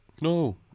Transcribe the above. No